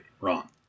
Wrong